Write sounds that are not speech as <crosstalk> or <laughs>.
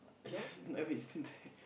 <laughs> I mean it's still there